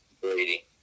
Brady